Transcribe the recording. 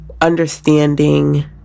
understanding